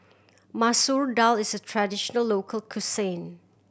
Masoor Dal is a traditional local cuisine